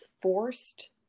forced